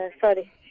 Sorry